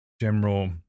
general